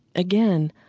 again,